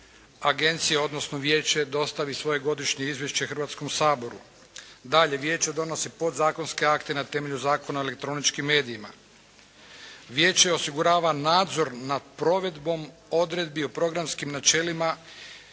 agencija odnosno vijeće dostavi svoje godišnje izvješće Hrvatskom saboru. Dalje. Vijeće donosi podzakonske akte na temelju Zakona o elektroničkim medijima. Vijeće osigurava nadzor nad provedbom odredbi o programskim načelima